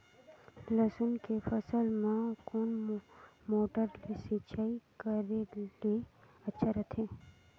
लसुन के फसल बार कोन मोटर ले सिंचाई करे ले अच्छा रथे?